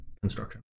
construction